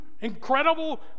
incredible